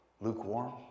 lukewarm